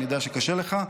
אני יודע שקשה לך.